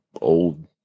old